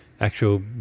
Actual